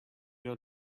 آیا